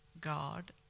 God